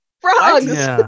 frogs